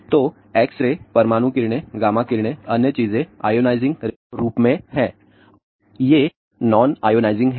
तो X ray परमाणु किरणें गामा किरणें अन्य चीजें आयोनाइजिंग रेडिएशन रूप में हैं और ये नॉनआयोनाइजिंग हैं